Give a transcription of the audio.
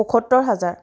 পসত্তৰ হাজাৰ